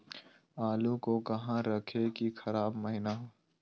आलू को कहां रखे की खराब महिना हो?